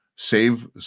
save